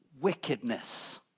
wickedness